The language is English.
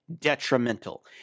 detrimental